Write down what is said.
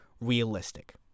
realistic